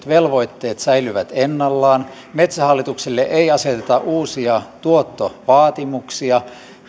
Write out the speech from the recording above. velvoitteet säilyvät ennallaan metsähallitukselle ei aseteta uusia tuottovaatimuksia